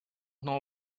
know